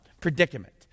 predicament